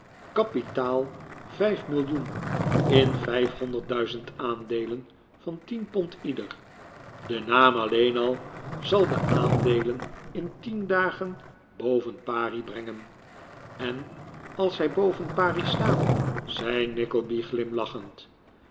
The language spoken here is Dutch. kapitaal vijf millioen in aandeelen van pond ieder de naam alleen al zal de aandeelen in tien dagen boven pari brengen en als zij boven pari staan zei